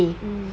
mm